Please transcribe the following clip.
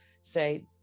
say